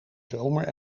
zomer